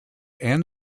and